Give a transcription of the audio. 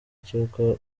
cy’uko